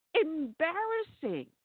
embarrassing